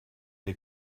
der